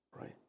right